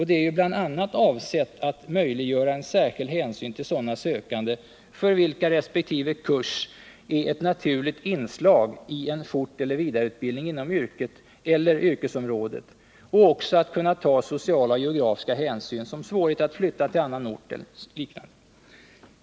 Detta är bl.a. avsett att möjliggöra särskild hänsyn till sådana sökande för vilka resp. kurs är ett naturligt inslag i en forteller vidareutbildning inom yrket eller yrkesområdet och också att ta sociala och geografiska hänsyn, såsom svårighet att flytta till annan ort.